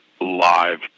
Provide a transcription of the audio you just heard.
live